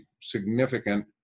significant